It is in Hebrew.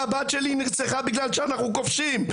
"הבת שלי נרצחה בגלל שאנחנו כובשים,